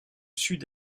sud